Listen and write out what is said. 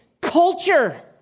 culture